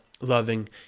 loving